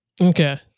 Okay